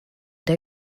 der